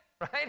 right